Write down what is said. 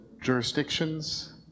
jurisdictions